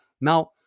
Now